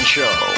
Show